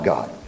God